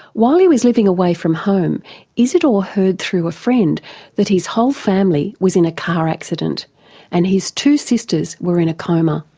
while he was living away from home izidor heard through a friend that his whole family was in a car accident and his two sisters were in a coma.